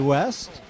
West